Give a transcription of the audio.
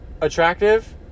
attractive